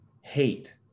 hate